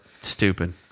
stupid